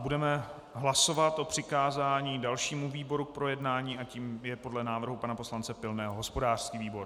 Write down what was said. Budeme hlasovat o přikázání dalšímu výboru k projednání a tím je pode návrhu pana poslance Pilného hospodářský výbor.